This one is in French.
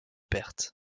pertes